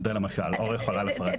זה למשל ואור יכולה לפרט.